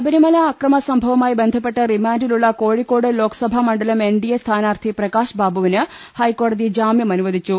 ശബരിമല അക്രമ സംഭവവുമായി ബന്ധപ്പെട്ട് റിമാൻഡിലുളള കോഴിക്കോട് ലോക്സഭാമണ്ഡലം എൻഡിഎ സ്ഥാനാർത്ഥി പ്രകാ ശ്ബാബുവിന് ഹൈക്കോടതി ജാമ്യം അനുവദിച്ചു